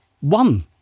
one